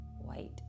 white